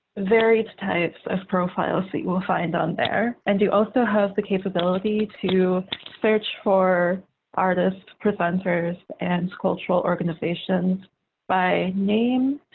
various types of profiles that you will find on there. and you also have the capability to search for artists, presenters, and cultural organizations by name,